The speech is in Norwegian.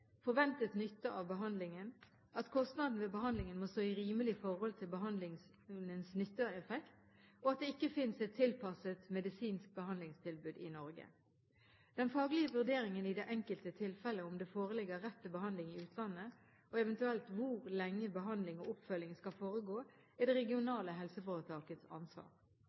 forventet nytte av behandlingen, at kostnadene ved behandlingen må stå i rimelig forhold til behandlingens nytteeffekt, og at det ikke finnes et tilpasset medisinsk behandlingstilbud i Norge. Den faglige vurderingen i det enkelte tilfellet av om det foreligger rett til behandling i utlandet, og eventuelt hvor lenge behandlingen og oppfølgingen skal foregå, er det regionale helseforetakets ansvar.